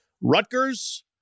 Rutgers